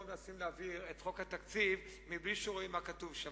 מנסים להעביר את חוק התקציב בלי שרואים מה כתוב בו.